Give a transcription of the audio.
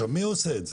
מי עושה את זה?